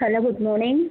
hello good morning